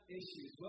issues